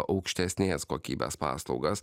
aukštesnės kokybės paslaugas